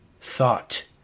thought